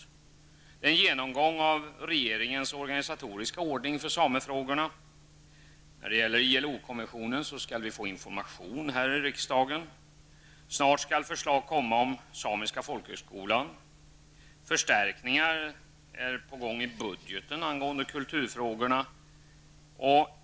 Först får vi en genomgång av regeringens organisatoriska ordning för samefrågorna. När det gäller ILO-konventionen skall vi få information här i riksdagen, snart skall förslag komma om samiska folkhögskolan och förstärkningar är på gång i budgeten angående kulturfrågor.